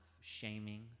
shaming